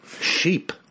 Sheep